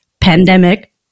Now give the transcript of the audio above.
pandemic